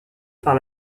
par